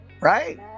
Right